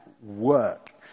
work